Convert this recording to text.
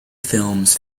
films